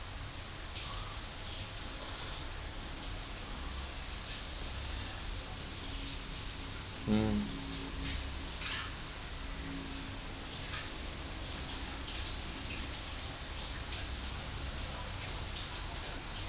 mm